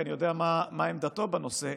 כי אני יודע מה עמדתו בנושא,